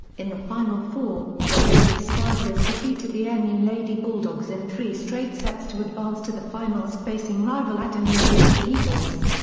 in the final four, the lady spikers defeated the and nu lady bulldogs in three straight sets to advance to the finals facing rival ateneo lady eagles.